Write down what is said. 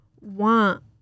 want